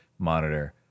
Monitor